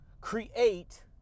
create